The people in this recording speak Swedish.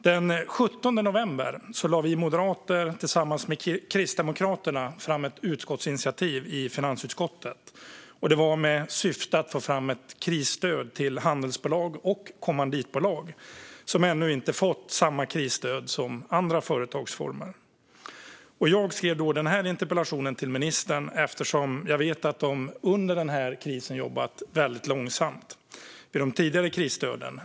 Den 17 november lade vi moderater, tillsammans med Kristdemokraterna, fram ett utskottsinitiativ i finansutskottet med syfte att få fram ett krisstöd till handelsbolag och kommanditbolag som ännu inte fått samma krisstöd som andra företagsformer. Jag skrev denna interpellation till ministern, eftersom jag vet att regeringen under denna kris jobbat väldigt långsamt med de tidigare krisstöden.